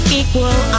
equal